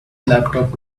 laptop